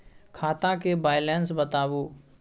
खाता के बैलेंस बताबू?